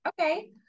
Okay